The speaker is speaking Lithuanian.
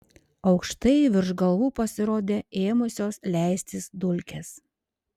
aukštai virš galvų pasirodė ėmusios leistis dulkės